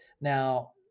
Now